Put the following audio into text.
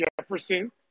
Jefferson